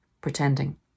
pretending